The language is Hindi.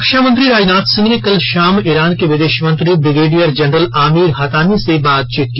रक्षामंत्री राजनाथ सिंह ने कल शाम ईरान के विदेश मंत्री ब्रिगेडियर जनरल आमीर हतामी से बातचीत की